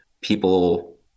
people